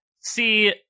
See